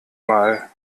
mal